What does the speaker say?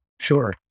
Sure